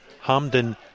Hamden